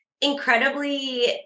incredibly